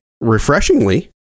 refreshingly